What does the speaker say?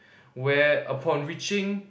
where upon reaching